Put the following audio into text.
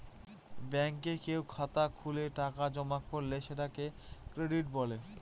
ব্যাঙ্কে কেউ খাতা খুলে টাকা জমা করলে সেটাকে ক্রেডিট বলে